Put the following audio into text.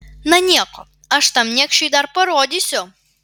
na nieko aš tam niekšui dar parodysiu